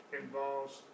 involves